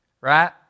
right